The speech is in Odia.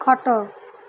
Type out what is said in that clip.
ଖଟ